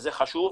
וזה חשוב,